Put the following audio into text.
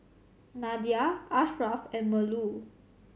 Nadia Ashraf and Melur